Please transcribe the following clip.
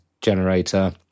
generator